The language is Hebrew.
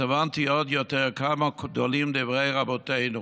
אז הבנתי עוד יותר כמה גדולים דברי רבותינו,